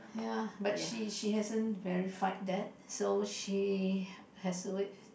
ya but she she hasn't verified that so she has to wait